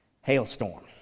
hailstorm